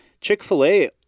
Chick-fil-A